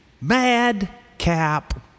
Madcap